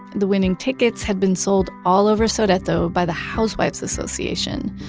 the winning tickets had been sold all over sodeto by the housewives association,